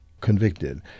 convicted